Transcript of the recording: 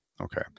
Okay